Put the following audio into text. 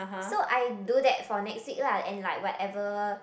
so I do that for next week lah and like whatever